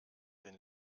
den